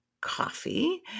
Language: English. coffee